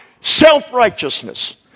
self-righteousness